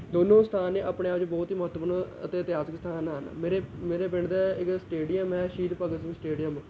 ਦੋਨੋਂ ਸਥਾਨ ਨੇ ਆਪਣੇ ਆਪ 'ਚ ਬਹੁਤ ਹੀ ਮਹੱਤਵਪੂਰਨ ਅਤੇ ਇਤਿਹਾਸਿਕ ਅਸਥਾਨ ਹਨ ਮੇਰੇ ਮੇਰੇ ਪਿੰਡ ਦਾ ਇੱਕ ਸਟੇਡੀਅਮ ਹੈ ਸ਼ਹੀਦ ਭਗਤ ਸਿੰਘ ਸਟੇਡੀਅਮ